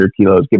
kilos